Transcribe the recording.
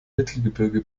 mittelgebirge